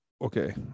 okay